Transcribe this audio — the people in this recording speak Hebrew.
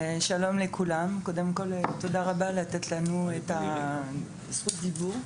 שלום לכולם, תודה עבור זכות הדיבור.